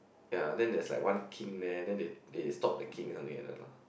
ya then there's like one king there then they they stop the king something like that lah